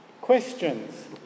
Questions